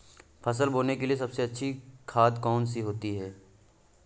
फसल बोने के लिए सबसे अच्छी खाद कौन सी होती है?